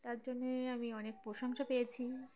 তার জন্যে আমি অনেক প্রশংসা পেয়েছি